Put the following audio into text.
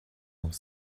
noch